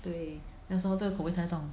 对那时候这个口味太重